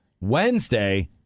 Wednesday